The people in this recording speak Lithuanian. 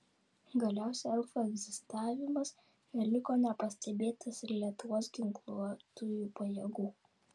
galiausiai elfų egzistavimas neliko nepastebėtas ir lietuvos ginkluotųjų pajėgų